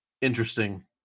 interesting